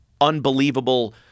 unbelievable